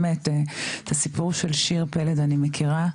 את הסיפור של שיר פלד אני מכירה.